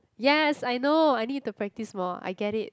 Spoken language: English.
yes I know I need to practise more I get it